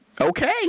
okay